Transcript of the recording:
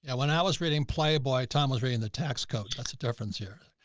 and when i was reading playboy, tom was reading the tax code. that's the difference here?